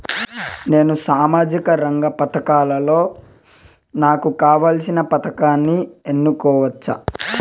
నేను సామాజిక రంగ పథకాలలో నాకు కావాల్సిన పథకాన్ని ఎన్నుకోవచ్చా?